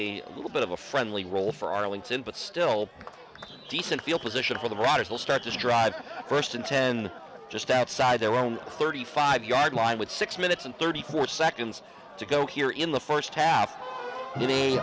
a little bit of a friendly role for arlington but still a decent field position for the riders will start to drive first and ten just outside their own thirty five yard line with six minutes and thirty four seconds to go here in the first half